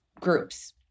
groups